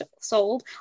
sold